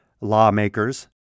lawmakers